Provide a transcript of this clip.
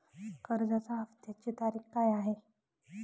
कर्जाचा हफ्त्याची तारीख काय आहे?